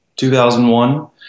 2001